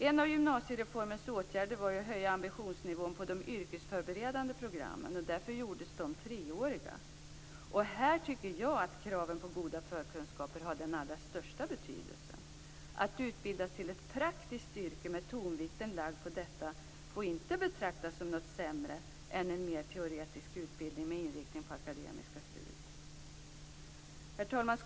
En av gymnasiereformens åtgärder var ju att höja ambitionsnivån på de yrkesförberedande programmen. Därför gjordes de treåriga. Här tycker jag att kraven på goda förkunskaper har den allra största betydelsen. Att utbildas till ett praktiskt yrke med tonvikten lagd på detta får inte betraktas som något sämre än en mer teoretisk utbildning med inriktning på akademiska studier. Herr talman!